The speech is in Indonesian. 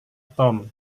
tom